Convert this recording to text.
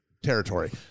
territory